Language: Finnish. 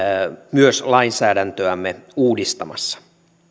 myös lainsäädäntöämme uudistamassa